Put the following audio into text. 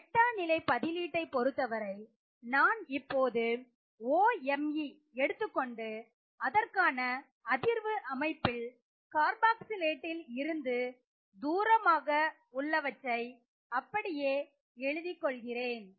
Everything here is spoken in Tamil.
மெட்டா நிலை பதிலீட்டை பொருத்தவரை நான் இப்போது OMe எடுத்துக்கொண்டு அதற்கான அதிர்வு அமைப்பில் கார்பாக்சிலேட்டில் இருந்து தூரமாக உள்ளவற்றை அப்படியே எழுதிக் கொள்கிறேன்